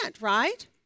right